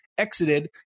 exited